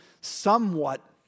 somewhat